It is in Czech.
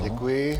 Děkuji.